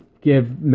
give